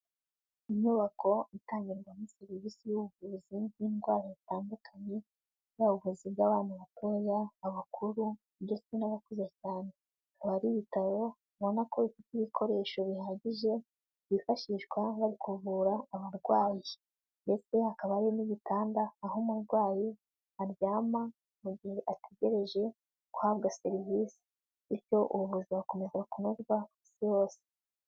Inyubako itangirwamo serivisi z'ubuvuzi bw'indwara zitandukanye, yaba ubuvuzi bw'abana batoya, abakuru ndetse n'abakuze cyane. Ikaba ari ibitaro ubona ko bifite ibikoresho bihagije byifashishwa bari kuvura abarwayi. Ndetse hakaba hari n'igitanda baha umurwayi aryama, mu gihe ategereje guhabwa serivisi, bityo ubuvuza bukomeza kunyurwa ku isi hose.